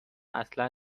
اصلا